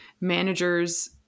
managers